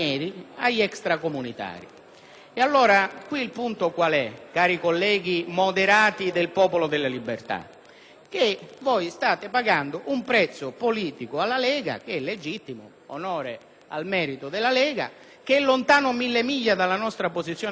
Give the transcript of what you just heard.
Voi state pagando un prezzo politico alla Lega, legittimo - onore al merito della Lega - ma che è lontano mille miglia dalla nostra posizione politica e credo anche da quella della stragrande maggioranza dei cittadini di buon senso che non la pensano come la Lega, che ha altri elettori